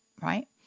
right